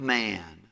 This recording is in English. man